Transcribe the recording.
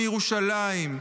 מירושלים,